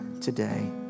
today